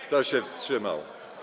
Kto się wstrzymał?